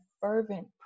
fervent